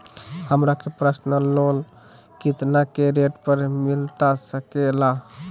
हमरा के personal loan कितना के रेट पर मिलता सके ला?